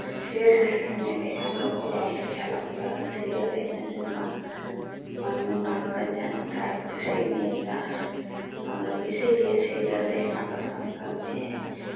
serial देखने में भी हम लोग को बहुत अच्छा लगता है सीरियल देखने से म मन में मनोरंजन होता है और खुशी मिलता है हम लोग इसीलिए सीरियल देखना पसंद करते हैं